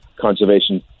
conservation